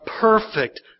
perfect